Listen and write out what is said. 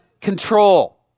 control